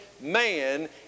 man